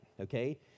okay